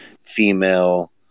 female